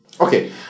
Okay